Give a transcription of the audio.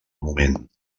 moment